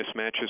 mismatches